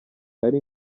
ari